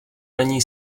není